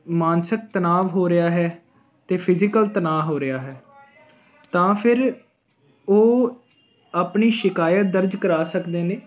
ਮਾਨਸਿਕ ਤਣਾਅ ਹੋ ਰਿਹਾ ਹੈ ਅਤੇ ਫਿਜੀਕਲ ਤਣਾਅ ਹੋ ਰਿਹਾ ਹੈ ਤਾਂ ਫਿਰ ਉਹ ਆਪਣੀ ਸ਼ਿਕਾਇਤ ਦਰਜ ਕਰਵਾ ਸਕਦੇ ਨੇ